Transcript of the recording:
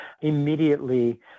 immediately